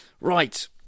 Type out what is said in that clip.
Right